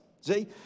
See